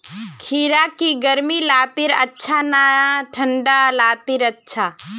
खीरा की गर्मी लात्तिर अच्छा ना की ठंडा लात्तिर अच्छा?